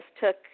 took